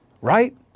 right